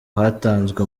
hatanzwe